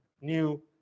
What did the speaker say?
new